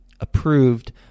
approved